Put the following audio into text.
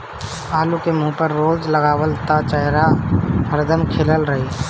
आलू के मुंह पर रोज लगावअ त चेहरा हरदम खिलल रही